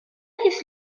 his